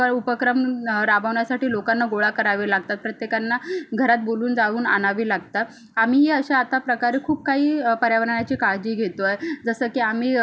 उपक्रम राबवण्यासाठी लोकांना गोळा करावे लागतात प्रत्येकाना घरात बोलावून जाऊन आणावे लागतात आम्हीही अशा आता प्रकारे खूप काही पर्यावरणाची काळजी घेतो आहे जसं की आम्ही